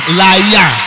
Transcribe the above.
liar